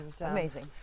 amazing